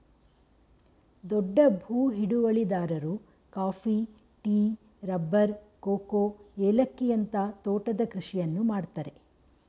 ದೊಡ್ಡ ಭೂ ಹಿಡುವಳಿದಾರರು ಕಾಫಿ, ಟೀ, ರಬ್ಬರ್, ಕೋಕೋ, ಏಲಕ್ಕಿಯಂತ ತೋಟದ ಕೃಷಿಯನ್ನು ಮಾಡ್ತರೆ